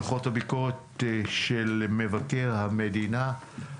בנושא דו"חות הביקורת של מבקר המדינה.